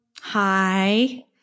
hi